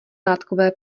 látkové